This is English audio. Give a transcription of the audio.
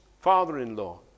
father-in-law